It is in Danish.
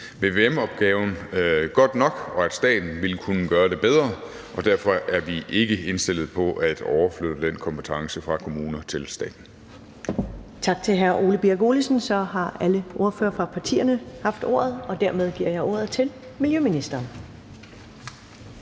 vvm-opgaven godt nok, og at staten vil kunne gøre det bedre. Og derfor er vi ikke indstillet på at overflytte den kompetence fra kommunerne til staten.